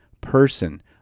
person